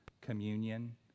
communion